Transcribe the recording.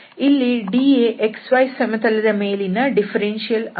ಇಲ್ಲಿ dA xy ಸಮತಲದ ಮೇಲಿನ ಡಿಫರೆನ್ಷಿಯಲ್ ಅಂಶ